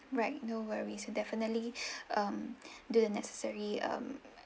right no worries we'll definitely um do the necessary mm